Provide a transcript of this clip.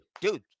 dude